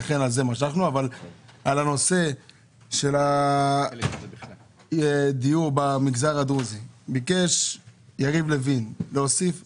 לגבי הנושא של הדיור במגזר הדרוזי ביקש יריב לוין להוסיף תוספת.